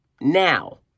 Now